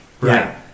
right